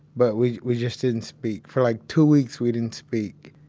but we we just didn't speak. for, like, two weeks we didn't speak,